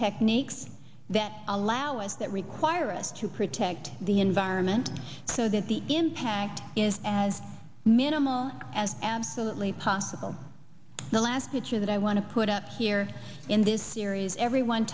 techniques that allow us that require us to protect the environment so that the impact is as minimal as absolutely possible the last picture that i want to put up here in this series everyone